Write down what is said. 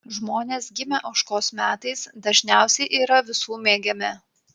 žmonės gimę ožkos metais dažniausiai yra visų mėgiami